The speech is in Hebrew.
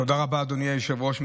תודה רבה, אדוני היושב-ראש.